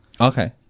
Okay